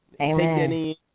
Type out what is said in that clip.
Amen